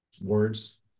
words